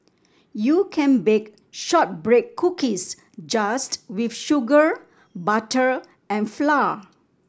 you can bake shortbread cookies just with sugar butter and flour